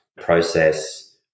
process